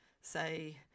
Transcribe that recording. say